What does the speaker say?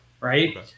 right